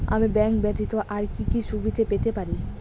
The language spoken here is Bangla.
আমি ব্যাংক ব্যথিত আর কি কি সুবিধে পেতে পারি?